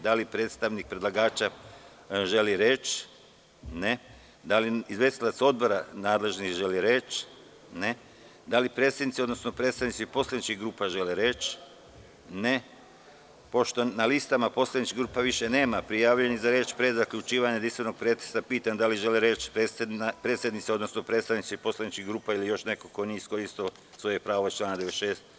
Da li predstavnik predlagača želi reč? (Ne) Da li izvestilac nadležnog odbora želi reč? (Ne) Da li predsednici, odnosno predstavnici poslaničkih grupa žele reč? (Ne) Pošto na listama poslaničkih grupa nema prijavljenih, pre zaključivanja jedinstvenog pretresa pitam da li želi reč predsednici, odnosno predstavnici poslaničkih grupa ili još neko ko nije iskoristio svoje pravo iz člana 96.